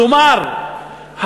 כלומר,